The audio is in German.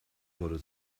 wurde